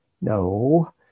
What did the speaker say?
No